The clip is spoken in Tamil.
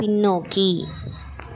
பின்னோக்கி